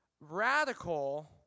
Radical